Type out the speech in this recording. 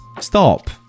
stop